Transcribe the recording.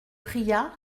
priya